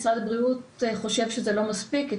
משרד הבריאות חושב שזה לא מספיק כי